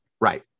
Right